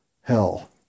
hell